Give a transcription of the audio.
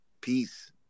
Peace